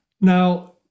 Now